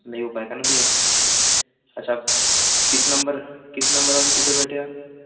नहीं हो पायेगा ना भईया अच्छा किस नंबर किस नंबर वाली सीट पे बैठे हैं आप